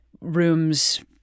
rooms